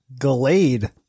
Gallade